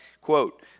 quote